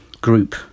group